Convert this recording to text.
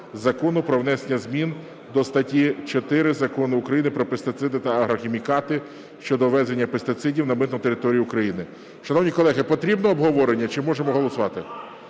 Закону "Про внесення змін до статті 4 Закону України "Про пестициди та агрохімікати" щодо ввезення пестицидів на митну територію України. Шановні колеги, потрібно обговорення, чи можемо голосувати?